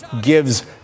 gives